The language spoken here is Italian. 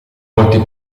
molti